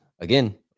Again